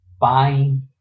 buying